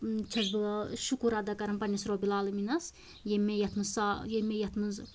چہَس بہٕ شُکُر اَدا کران پَنٕنِس رۄبُل عالمیٖنَس ییٚمۍ مےٚ یَتھ منٛز